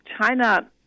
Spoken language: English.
China